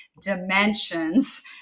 dimensions